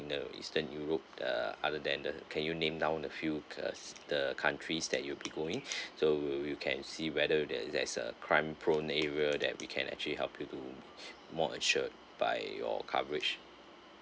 in the eastern europe err other than the can you name down the few cou~ the countries that you'll be going so we we we can see whether there there's a crime prone area that we can actually help you to more assured by your coverage